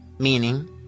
Meaning